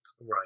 right